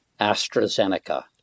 AstraZeneca